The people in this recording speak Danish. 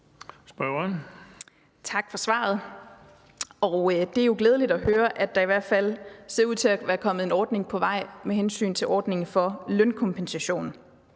Tak for svaret. Det er jo glædeligt at høre, at det ser ud, som om der er en løsning på vej med hensyn til ordningen for lønkompensation.